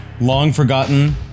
long-forgotten